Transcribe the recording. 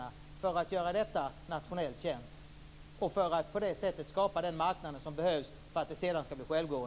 Man behöver göra detta nationellt känt och på det sättet skapa den marknad som krävs för att museet sedan skall bli självgående.